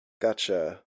Gotcha